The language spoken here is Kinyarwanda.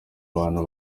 abantu